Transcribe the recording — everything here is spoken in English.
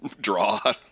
draw